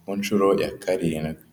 ku nshuro ya karindwi.